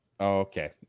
Okay